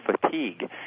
fatigue